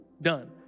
done